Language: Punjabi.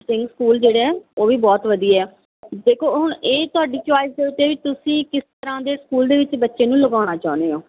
ਸਿੰਘ ਸਕੂਲ ਜਿਹੜੇ ਆ ਉਹ ਵੀ ਬਹੁਤ ਵਧੀਆ ਦੇਖੋ ਹੁਣ ਇਹ ਤੁਹਾਡੀ ਚੋਇਸ ਦੇ ਉੱਤੇ ਵੀ ਤੁਸੀਂ ਕਿਸ ਤਰ੍ਹਾਂ ਦੇ ਸਕੂਲ ਦੇ ਵਿੱਚ ਬੱਚੇ ਨੂੰ ਲਗਾਉਣਾ ਚਾਹੁੰਦੇ ਹੋ